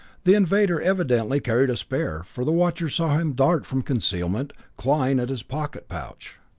the invader evidently carried a spare, for the watchers saw him dart from concealment, clawing at his pocket pouch.